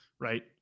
right